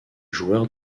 joueur